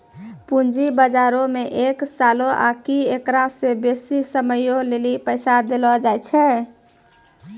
पूंजी बजारो मे एक सालो आकि एकरा से बेसी समयो लेली पैसा देलो जाय छै